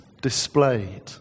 displayed